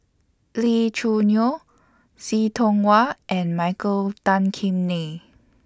Lee Choo Neo See Tiong Wah and Michael Tan Kim Nei